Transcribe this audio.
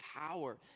power